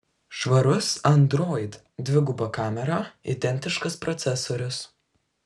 švarus android dviguba kamera identiškas procesorius